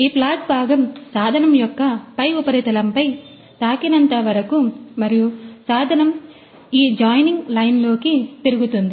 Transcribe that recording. ఈ ఫ్లాట్ భాగం సాధనం యొక్క పై ఉపరితలంపై తాకినంత వరకు మరియు సాధనం ఈ జాయినింగ్ లైన్లోకి తిరుగుతుంది